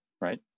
right